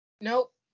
Nope